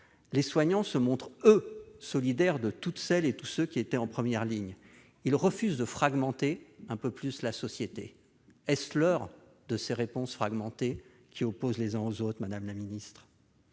les soignants se montrent, eux, solidaires de toutes celles et tous ceux qui étaient en première ligne. Ils refusent de fragmenter un peu plus la société. Est-ce l'heure de telles réponses fractionnées qui opposent nos concitoyens les uns aux autres, madame la ministre ?